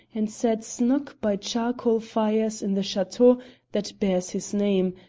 and sat snug by charcoal-fires in the chateau that bears his name,